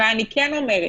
אבל אני כן אומרת,